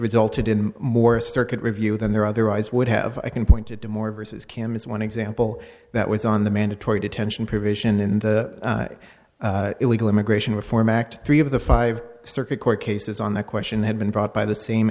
resulted in more circuit review than there otherwise would have been pointed to more versus kim is one example that was on the mandatory detention provision in the illegal immigration reform act three of the five circuit court cases on the question had been brought by the same